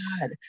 God